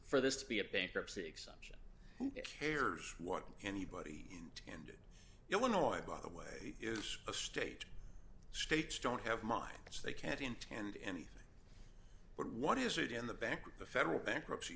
for this to be a bankruptcy exception who cares what anybody in illinois by the way is a state states don't have minds they can't intend anything but what is it in the bank or the federal bankruptcy